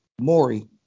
Maury